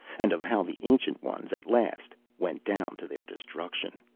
and of how the ancient ones at last went down to their destruction.